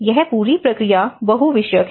यह पूरी प्रक्रिया बहु विषयक है